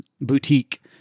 Boutique